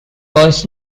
was